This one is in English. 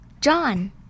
John